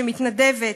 שמתנדבת,